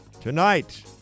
Tonight